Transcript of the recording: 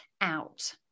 out